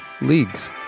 leagues